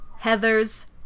Heathers